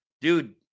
Dude